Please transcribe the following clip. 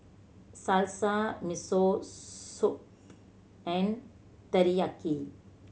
Salsa Miso Soup and Teriyaki